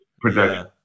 production